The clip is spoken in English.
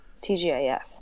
TGIF